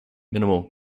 minimal